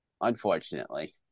Unfortunately